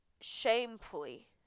shamefully